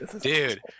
Dude